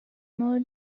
more